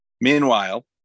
meanwhile